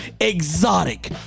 exotic